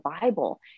Bible